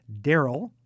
Daryl